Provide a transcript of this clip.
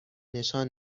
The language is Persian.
نشان